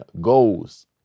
goals